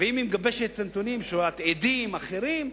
והיא מגבשת את הנתונים, עדים ואחרים.